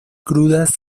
crudas